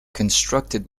constructed